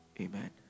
Amen